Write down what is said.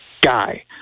guy